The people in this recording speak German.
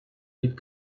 mit